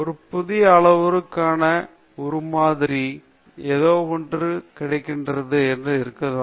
ஒரு புதிய அளவுருவாக புதிய உருமாதிரி அல்லது ஏதோவொன்றை உங்கள் களத்திலிருந்தே மற்றும் பிரச்சனை இருப்பதை மறுக்கவா